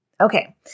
Okay